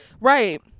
Right